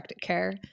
care